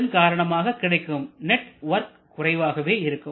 இதன் காரணமாக கிடைக்கும் நெட் வொர்க் குறைவாகவே இருக்கும்